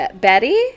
Betty